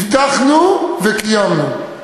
הבטחנו וקיימנו.